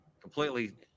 completely